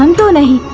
um dawn i